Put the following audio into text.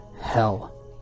hell